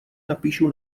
napíšu